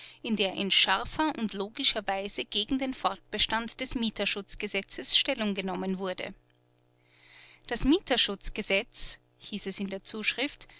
in der in scharfer und logischer weise gegen den fortbestand des mieterschutzgesetzes stellung genommen wurde das mieterschutzgesetz hieß es in der zuschrift